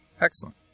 Excellent